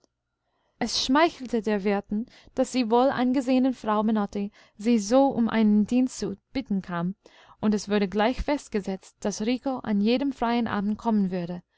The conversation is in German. es schmeichelte der wirtin daß die wohlangesehene frau menotti sie so um einen dienst zu bitten kam und es wurde gleich festgesetzt daß rico an jedem freien abend kommen würde